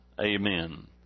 Amen